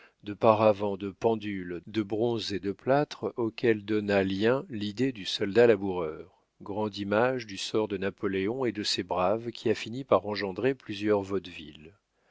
de paravents de pendules de bronzes et de plâtres auxquelles donna lieu l'idée du soldat laboureur grande image du sort de napoléon et de ses braves qui a fini par engendrer plusieurs vaudevilles